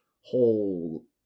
whole